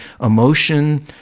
emotion